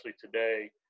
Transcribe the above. today